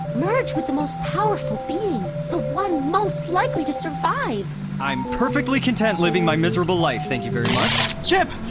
merge with the most powerful being, the one most likely to survive i'm perfectly content living my miserable life, thank chip!